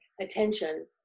attention